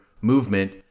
movement